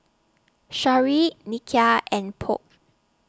Sharyl Nikia and Polk